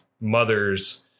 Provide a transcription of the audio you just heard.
mother's